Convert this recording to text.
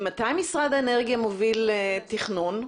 ממתי משרד האנרגיה מוביל תכנון?